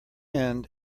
end